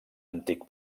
antic